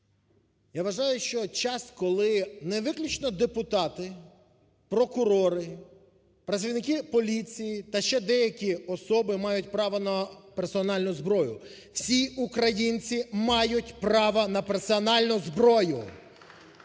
Я вважаю, що час, коли не виключно депутати, прокурори, працівники поліції та ще деякі особи мають право на персональну зброю, всі українці мають право на персональну зброю.